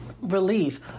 relief